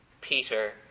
Peter